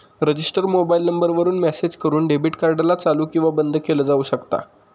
register mobile number वरून message करून debit card ला चालू किंवा बंद केलं जाऊ शकता